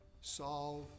solve